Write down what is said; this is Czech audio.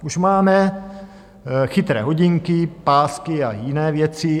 Už máme chytré hodinky, pásky a jiné věci.